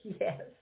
yes